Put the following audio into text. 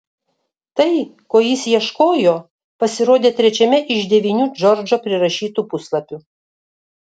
tai ko jis ieškojo pasirodė trečiame iš devynių džordžo prirašytų puslapių